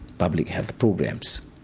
public health programs.